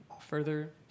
Further